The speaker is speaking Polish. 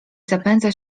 zapędza